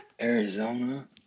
Arizona